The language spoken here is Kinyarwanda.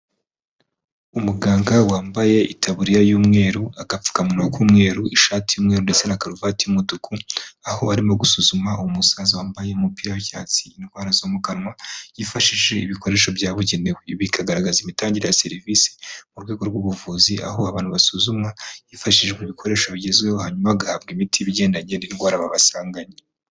Umuganga wambaye itaburiya y'umweru, agapfukamuwa k'umweru, ishati y'umweru ndetse na karuvati y'umutuku. Aho arimo gusuzuma umusaza wambaye umupira w'icyatsi indwara zo mu kanwa yifashishije ibikoresho byabugenewe ibi bikagaragaza imitangire ya serivisi mu rwego rw'ubuvuzi aho abantu basuzumwa, hifashishijwe ibikoresho bigezweho hanyuma bagahabwa imiti y'ibigendanye n'indwara babasanganye.